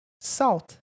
salt